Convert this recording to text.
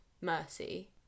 mercy